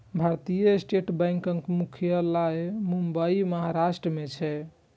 भारतीय स्टेट बैंकक मुख्यालय मुंबई, महाराष्ट्र मे छै